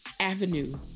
Avenue